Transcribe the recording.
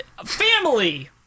Family